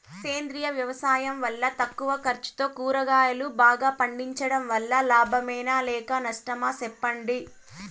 సేంద్రియ వ్యవసాయం వల్ల తక్కువ ఖర్చుతో కూరగాయలు బాగా పండించడం వల్ల లాభమేనా లేక నష్టమా సెప్పండి